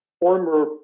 former